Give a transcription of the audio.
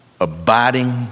abiding